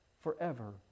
forever